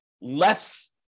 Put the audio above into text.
less